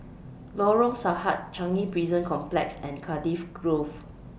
Lorong Sahad Changi Prison Complex and Cardiff Grove